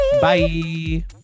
Bye